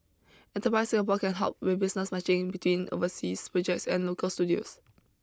enterprise Singapore can help with business matching between overseas projects and local studios